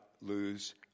lose